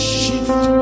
shift